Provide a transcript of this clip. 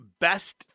best